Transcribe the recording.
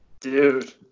Dude